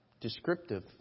descriptive